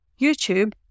youtube